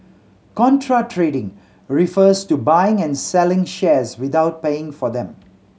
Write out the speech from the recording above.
contra trading refers to buying and selling shares without paying for them